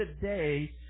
today